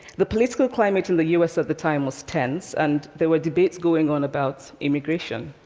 the political climate in the u s. at the time was tense, and there were debates going on about immigration.